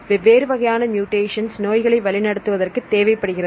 வெவ்வேறு வகையான மூடேஷன்ஸ் நோய்களை வழி நடத்துவதற்கு தேவைப்படுகிறது